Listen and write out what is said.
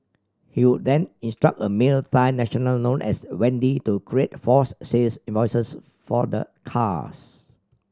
he would then instruct a male Thai national known as Wendy to create false sales invoices for the cars